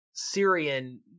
Syrian